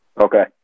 Okay